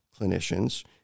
clinicians